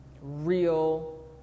real